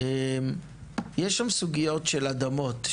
יש שם סוגיות של אדמות,